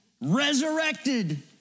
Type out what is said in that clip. Resurrected